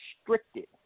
restricted